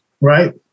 right